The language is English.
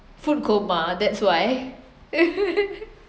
food coma that's why